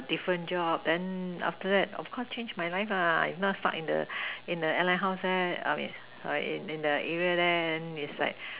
different job then after that of course change my life lah if not stuck in the in the airline how sad I mean sorry in the area there then it's like